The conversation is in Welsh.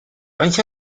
faint